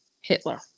Hitler